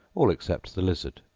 all except the lizard,